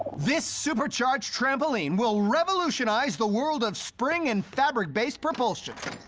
this supercharged trampoline will revolutionize the world of spring-and-fabric-based propulsion!